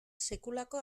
sekulako